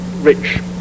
rich